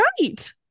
right